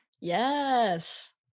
Yes